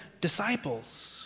disciples